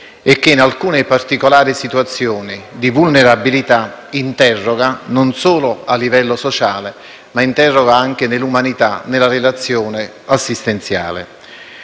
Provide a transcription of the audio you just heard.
e che in alcune particolari situazioni di vulnerabilità interroga, non solo a livello sociale ma anche nell'umanità, nella relazione assistenziale.